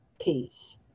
peace